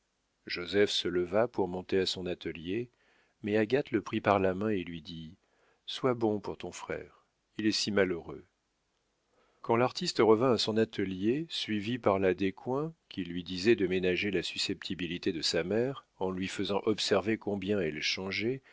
joseph se leva pour monter à son atelier mais agathe le prit par la main et lui dit sois bon pour ton frère il est si malheureux quand l'artiste revint à son atelier suivi par la descoings qui lui disait de ménager la susceptibilité de sa mère en lui faisant observer combien elle changeait